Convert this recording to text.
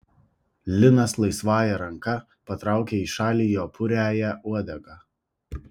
linas laisvąja ranka patraukia į šalį jo puriąją uodegą